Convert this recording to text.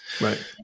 Right